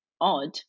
odd